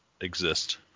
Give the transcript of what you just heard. exist